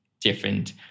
different